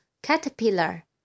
Caterpillar